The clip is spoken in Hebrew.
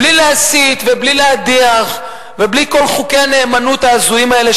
בלי להסית ובלי להדיח ובלי כל חוקי הנאמנות ההזויים האלה,